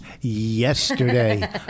yesterday